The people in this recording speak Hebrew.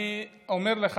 אני אומר לך.